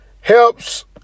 Helps